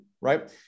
Right